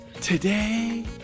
Today